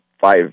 five